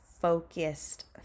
focused